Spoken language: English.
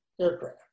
aircraft